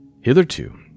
Hitherto